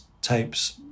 tapes